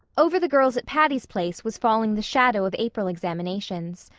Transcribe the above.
over the girls at patty's place was falling the shadow of april examinations.